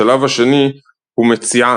השלב השני הוא מציעה,